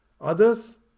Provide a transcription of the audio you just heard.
Others